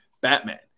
Batman